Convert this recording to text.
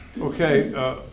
Okay